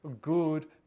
good